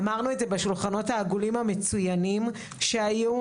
אמרנו את זה בשולחנות העגולים המצוינים שהיו,